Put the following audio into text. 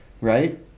right